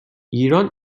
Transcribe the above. ایران